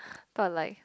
thought like